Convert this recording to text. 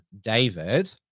David